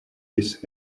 his